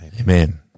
amen